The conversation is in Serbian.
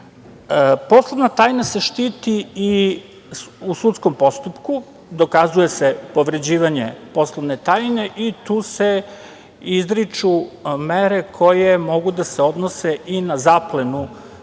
tajnu. Poslovna tajna se štiti i u sudskom postupku, dokazuje se povređivanje poslovne tajne i tu se izriču mere koje mogu da se odnose i na zaplenu